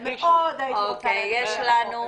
אבל מאוד הייתי רוצה להצביע בחוק הזה.